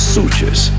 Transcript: Sutures